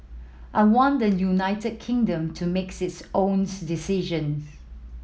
I want the United Kingdom to make this owns decisions